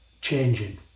changing